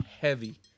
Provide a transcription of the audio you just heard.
Heavy